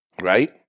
Right